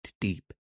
deep